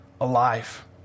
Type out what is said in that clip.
alive